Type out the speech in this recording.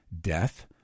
death